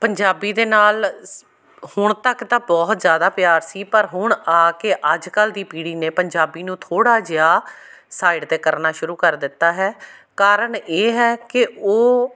ਪੰਜਾਬੀ ਦੇ ਨਾਲ਼ ਸ ਹੁਣ ਤੱਕ ਤਾਂ ਬਹੁਤ ਜ਼ਿਆਦਾ ਪਿਆਰ ਸੀ ਪਰ ਹੁਣ ਆ ਕੇ ਅੱਜ ਕੱਲ੍ਹ ਦੀ ਪੀੜ੍ਹੀ ਨੇ ਪੰਜਾਬੀ ਨੂੰ ਥੋੜ੍ਹਾ ਜਿਹਾ ਸਾਈਡ 'ਤੇ ਕਰਨਾ ਸ਼ੁਰੂ ਕਰ ਦਿੱਤਾ ਹੈ ਕਾਰਨ ਇਹ ਹੈ ਕਿ ਉਹ